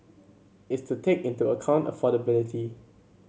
is to take into account affordability